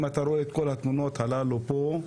אם אתה רואה את כל התמונות הללו פה,